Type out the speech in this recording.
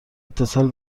اتصال